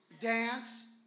dance